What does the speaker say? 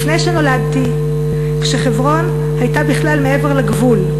לפני שנולדתי, כשחברון הייתה בכלל מעבר לגבול.